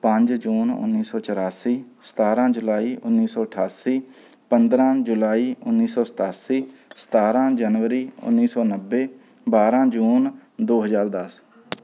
ਪੰਜ ਜੂਨ ਉੱਨੀ ਸੌ ਚੁਰਾਸੀ ਸਤਾਰ੍ਹਾਂ ਜੁਲਾਈ ਉੱਨੀ ਸੌ ਅਠਾਸੀ ਪੰਦਰ੍ਹਾਂ ਜੁਲਾਈ ਉੱਨੀ ਸੌ ਸਤਾਸੀ ਸਤਾਰ੍ਹਾਂ ਜਨਵਰੀ ਉੱਨੀ ਸੌ ਨੱਬੇ ਬਾਰ੍ਹਾਂ ਜੂਨ ਦੋ ਹਜ਼ਾਰ ਦਸ